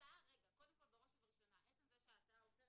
בראש ובראשונה עצם זה שההצעה אוסרת